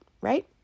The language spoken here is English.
right